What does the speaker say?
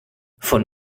von